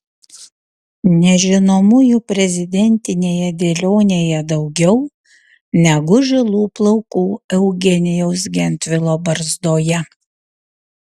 nežinomųjų prezidentinėje dėlionėje daugiau negu žilų plaukų eugenijaus gentvilo barzdoje